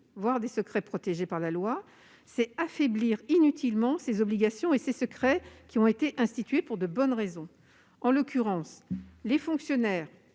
voire des secrets protégés par la loi, c'est affaiblir inutilement ces obligations et ces secrets qui ont été institués pour de bonnes raisons. En l'occurrence, les fonctionnaires,